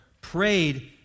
prayed